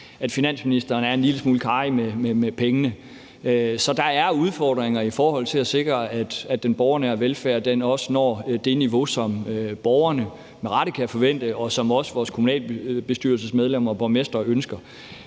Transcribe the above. at finansministeren er en lille smule karrig med pengene. Så der er udfordringer i forhold til at sikre, at den borgernære velfærd også når det niveau, som borgerne med rette kan forvente, og som også vores kommunalbestyrelsesmedlemmer og borgmestre ønsker.